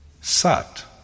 Sat